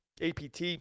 APT